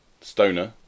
Stoner